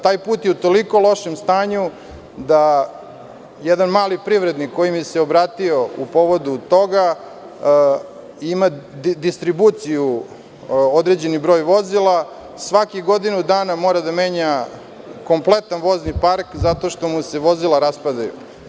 Taj put je u toliko lošem stanju da jedan mali privrednik koji mi se obratio povodom toga ima distribuciju, određeni broj vozila, svakih godinu dana mora da menja kompletan vozni park zato što mu se vozila raspadaju.